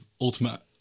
ultimate